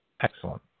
Excellent